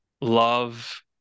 love